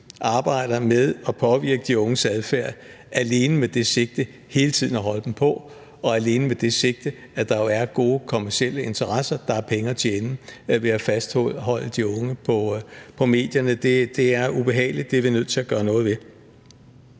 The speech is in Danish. arbejder med at påvirke de unges adfærd, alene med det sigte hele tiden at holde dem på, og alene fordi der jo er kommercielle interesser: Der er gode penge at tjene ved at fastholde de unge på medierne. Det er ubehageligt. Det er vi nødt til at gøre noget ved.